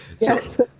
Yes